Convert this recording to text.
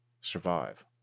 survive